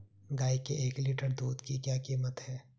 गाय के एक लीटर दूध की क्या कीमत है?